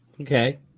Okay